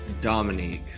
Dominique